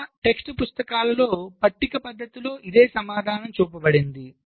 చాలా టెక్స్ట్ పుస్తకాలలో పట్టిక పద్ధతిలో ఇదే సమాచారం చూపబడింది